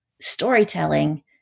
storytelling